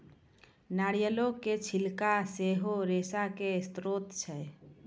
नारियलो के छिलका सेहो रेशा के स्त्रोत छै